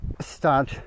start